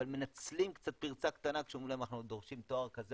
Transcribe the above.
אבל מנצלים קצת פרצה קטנה כשאומרים להם 'אנחנו דורשים תואר כזה